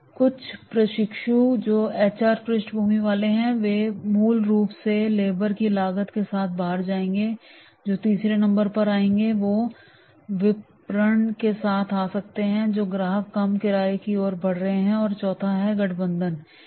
कुछ प्रशिक्षु जो एचआर पृष्ठभूमि वाले हैं वे मूल रूप से लेबर की लागत के साथ बाहर आएंगे जो तीसरे नंबर पर आएंगे वो विपणन के साथ आ सकते हैं जो ग्राहक कम किराए की ओर बढ़ रहे हैं और चौथा गठबंधन है